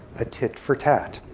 a tit for tat.